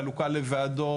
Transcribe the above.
חלוקה לוועדות